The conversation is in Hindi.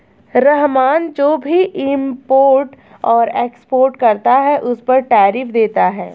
रहमान जो भी इम्पोर्ट और एक्सपोर्ट करता है उस पर टैरिफ देता है